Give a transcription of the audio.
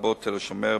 לרבות "תל-השומר",